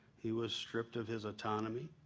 he was stripped of his autonomy,